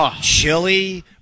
chili